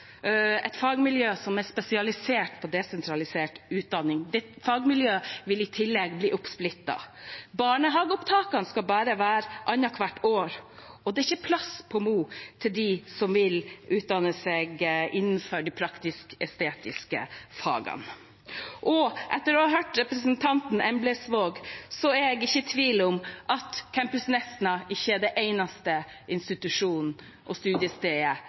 et fagmiljø som er spesialisert på desentralisert utdanning. Dette fagmiljøet vil i tillegg bli oppsplittet. Barnehageopptakene skal bare være annethvert år, og det er ikke plass på Mo til dem som vil utdanne seg innenfor de praktisk-estetiske fagene. Og etter å ha hørt representanten Emblemsvåg er jeg ikke i tvil om at campus Nesna ikke er den eneste institusjonen og det eneste studiestedet